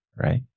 right